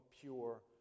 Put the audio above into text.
pure